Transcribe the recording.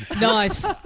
Nice